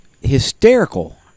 hysterical